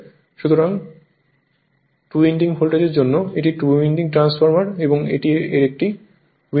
সুতরাং two winding ভোল্টেজের জন্য এটি টু উইন্ডিং ট্রান্সফরমার এবং এটি এর একটি উইন্ডিং